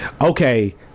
okay